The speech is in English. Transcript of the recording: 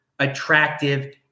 Attractive